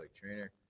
trainer